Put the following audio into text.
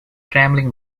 trembling